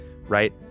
right